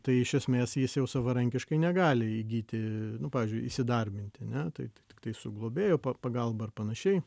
tai iš esmės jis jau savarankiškai negali įgyti nu pavyzdžiui įsidarbinti ane tai tiktai su globėjo pa pagalba ir panašiai